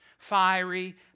Fiery